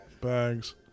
bags